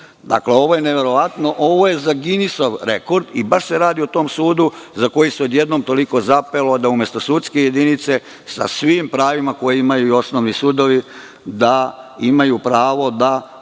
ovo je neverovatno. Ovo je za Ginisov rekord. Baš se radi o tom sudu za koji se odjednom toliko zapelo da umesto sudske jedinice, sa svim pravima koje imaju i osnovni i sudovi, da imaju pravo da